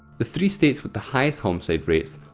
the three states with the highest homicide rates,